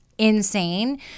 insane